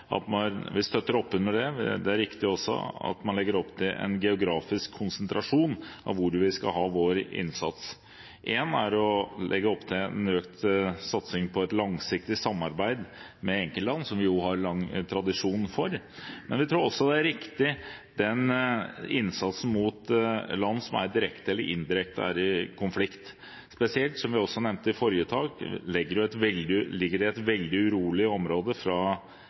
utviklingspolitikk. Man legger fram fem tematiske hovedområder, bl.a. klima og miljø, utdanning, helse, næringsutvikling og jobbskaping. Vi støtter opp under det. Det er riktig også at man legger opp til en geografisk konsentrasjon av hvor vi skal ha vår innsats. Én ting er å legge opp til økt satsing på langsiktig samarbeid med enkeltland, som vi jo har lang tradisjon for, men vi tror også det er riktig med innsats overfor land som er direkte eller indirekte i konflikt. Spesielt, som vi også nevnte i forrige sak, ligger det et veldig urolig område fra